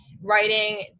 writing